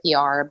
PR